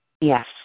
Yes